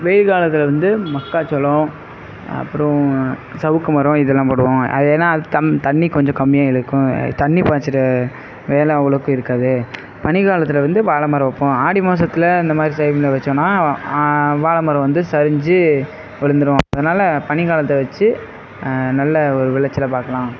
வெயில் காலத்தில் வந்து மக்காச் சோளம் அப்புறம் சவுக்கு மரம் இதெல்லாம் போடுவோம் அது ஏன்னால் அதுக்கு தம் தண்ணி கொஞ்சம் கம்மியாக இழுக்கும் தண்ணி பாய்ச்சுற வேலை அவ்வளோக்கு இருக்காது பனி காலத்தில் வந்து வாழைமரம் வைப்போம் ஆடி மாதத்துல அந்த மாதிரி டைமில் வைச்சோன்னா வாழைமரம் வந்து சரிஞ்சு விழுந்துடும் அதனால் பனி காலத்தை வச்சு நல்ல ஒரு விளைச்சலை பார்க்கலாம்